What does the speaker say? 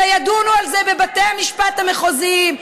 אלא ידונו על זה בבתי המשפט המחוזיים,